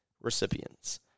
recipients